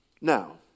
Now